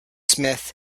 smith